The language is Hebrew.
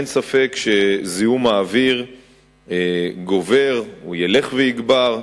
אין ספק שזיהום האוויר גובר, והוא ילך ויגבר.